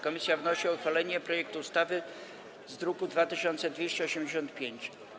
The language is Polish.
Komisja wnosi o uchwalenie projektu ustawy z druku nr 2285.